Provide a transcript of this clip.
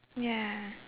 ya